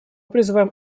призываем